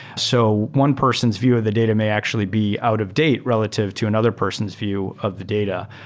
so one person's view of the data may actually be out of date relative to another person's view of the data.